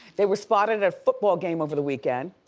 they were spotted at a football game over the weekend.